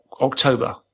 october